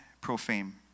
profane